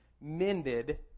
mended